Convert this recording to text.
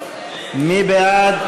מי בעד?